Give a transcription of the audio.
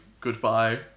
Goodbye